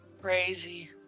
crazy